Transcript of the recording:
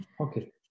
Okay